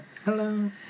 Hello